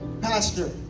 Pastor